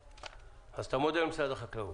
אז אתה מודה למשרד החקלאות.